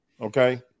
Okay